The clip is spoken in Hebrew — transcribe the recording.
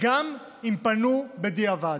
גם אם פנו בדיעבד.